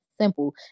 Simple